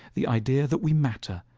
the idea that we matter,